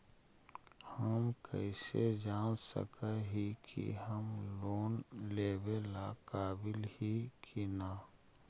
हम कईसे जान सक ही की हम लोन लेवेला काबिल ही की ना?